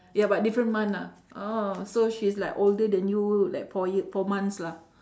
ya but different month ah oh so she's like older than you like four ye~ four months lah